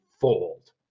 fold